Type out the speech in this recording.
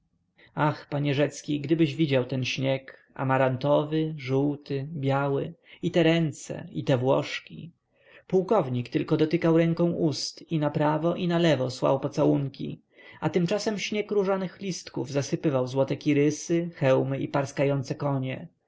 ach panie rzecki gdybyś widział ten śnieg amarantowy różowy biały i te ręce i te włoszki pułkownik tylko dotykał ręką ust i naprawo i nalewo słał pocałunki a tymczasem śnieg różanych listków zasypywał złote kirysy hełmy i parskające konie